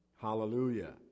Hallelujah